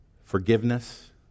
forgiveness